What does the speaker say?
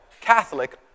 Catholic